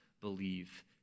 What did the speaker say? believe